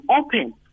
open